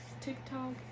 tiktok